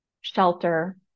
shelter